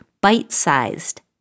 bite-sized